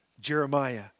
Jeremiah